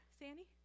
Sandy